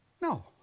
No